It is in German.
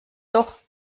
doch